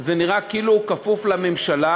זה נראה כאילו הוא כפוף לממשלה,